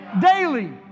daily